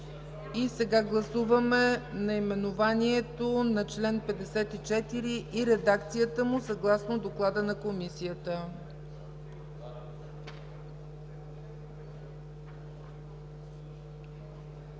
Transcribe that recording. Сега гласуваме наименованието на чл. 54 и редакцията му съгласно доклада на Комисията.